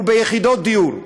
הוא ביחידות דיור.